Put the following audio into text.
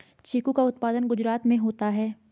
चीकू का उत्पादन गुजरात में होता है